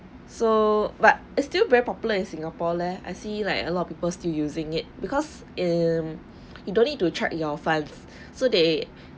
so but it's still very popular in singapore leh I see like a lot of people still using it because um you don't need to check your funds so they